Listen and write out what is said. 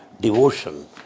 devotion